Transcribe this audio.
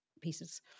pieces